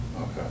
okay